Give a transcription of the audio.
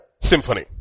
symphony